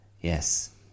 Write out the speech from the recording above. Yes